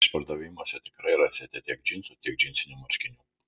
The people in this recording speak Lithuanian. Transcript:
išpardavimuose tikrai rasite tiek džinsų tiek džinsinių marškinių